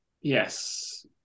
Yes